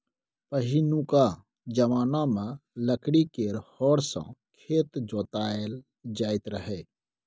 पहिनुका जमाना मे लकड़ी केर हर सँ खेत जोताएल जाइत रहय